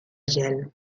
gel